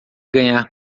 ganhar